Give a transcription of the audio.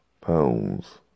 pounds